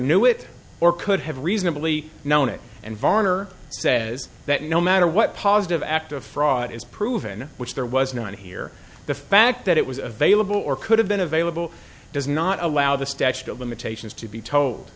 knew it or could have reasonably known it and garner says that no matter what positive act of fraud is proven which there was none here the fact that it was available or could have been available does not allow the statute of limitations to be told